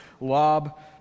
lob